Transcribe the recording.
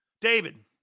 David